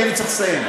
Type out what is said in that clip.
כי אני צריך לסיים.